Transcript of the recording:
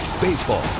Baseball